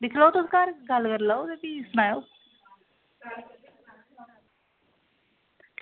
दिक्खी लैओ तुस ते घर सनाओ ते भी करी लैयो गल्ल